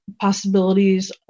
possibilities